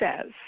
says